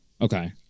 Okay